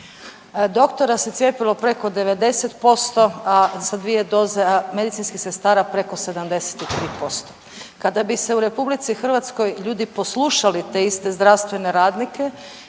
Doktora se cijepilo preko 90%, a sa 2 doze, a medicinskih sestara preko 73%. Kada bi se u RH ljudi poslušali te iste zdravstvene radnike